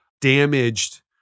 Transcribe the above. damaged